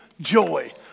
joy